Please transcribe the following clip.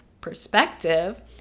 perspective